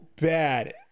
bad